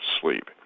sleep